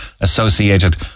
associated